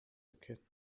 erkennen